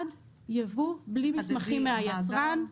אחד, ייבוא בלי מסמכים מהיצרן.